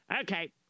Okay